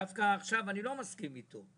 עכשיו אני דווקא לא מסכים איתו.